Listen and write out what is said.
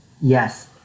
Yes